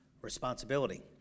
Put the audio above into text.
responsibility